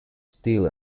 still